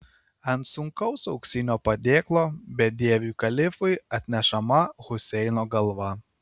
ant sunkaus auksinio padėklo bedieviui kalifui atnešama huseino galva